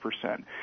percent